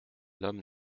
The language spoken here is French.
homme